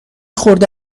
خورده